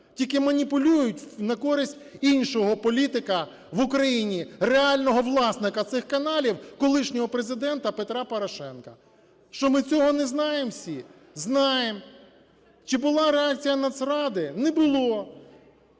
тільки маніпулюють на користь іншого політика в Україні, реального власника цих каналів, колишнього Президента Петра Порошенка. Що ми цього не знаємо всі? Знаємо. Чи була реакція Нацради? Не було.